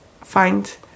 find